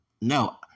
No